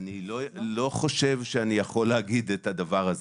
אני לא חושב שאני יכול להגיד את הדבר הזה.